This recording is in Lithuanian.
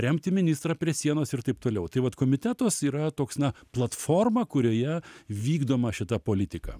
remti ministrą prie sienos ir taip toliau tai vat komitetas yra toks na platforma kurioje vykdoma šita politika